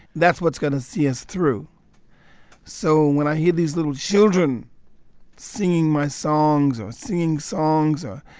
that's what's going to see us through so when i hear these little children singing my songs or singing songs or,